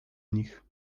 nich